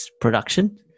production